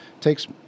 takes